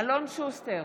אלון שוסטר,